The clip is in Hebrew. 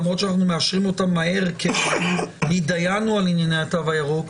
למרות שאנחנו מאשרים אותן מהר כי התדיינו על ענייני התו הירוק,